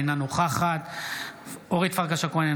אינה נוכחת אורית פרקש הכהן,